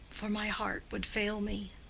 for my heart would fail me.